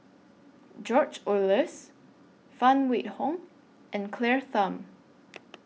George Oehlers Phan Wait Hong and Claire Tham